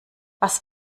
was